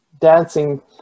dancing